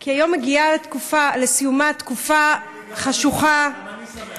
כי היום מגיעה לסיומה תקופה חשוכה, גם אני שמח.